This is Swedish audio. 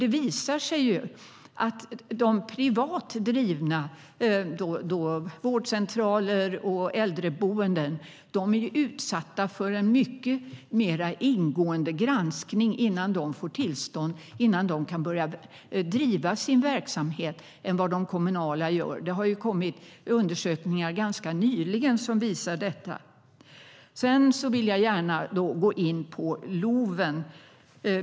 Det visar sig att de privat drivna vårdcentralerna och äldreboendena är utsatta för en mycket mer ingående granskning än de kommunala innan de får tillstånd och innan de kan börja driva sin verksamhet. Det har kommit undersökningar ganska nyligen som visar detta. Jag vill gärna gå in på LOV.